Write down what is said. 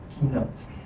Keynotes